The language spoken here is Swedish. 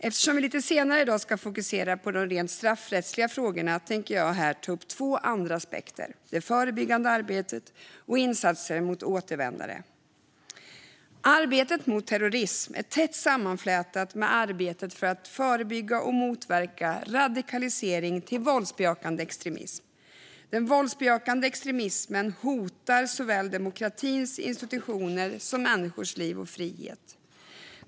Eftersom vi lite senare i dag ska fokusera på de rent straffrättsliga frågorna tänker jag här ta upp två andra aspekter, det förebyggande arbetet och insatser mot återvändare. Arbetet mot terrorism är tätt sammanflätat med arbetet för att förebygga och motverka radikalisering till våldsbejakande extremism. Den våldsbejakande extremismen hotar såväl demokratins institutioner som människors liv och frihet.